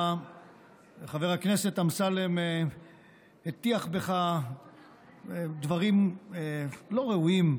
חבר הכנסת אמסלם הטיח בך דברים לא ראויים,